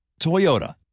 Toyota